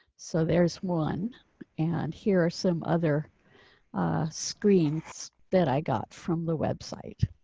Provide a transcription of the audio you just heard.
so there's one and here are some other screens that i got from the website.